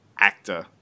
actor